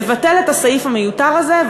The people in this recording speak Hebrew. לבטל את הסעיף המיותר הזה,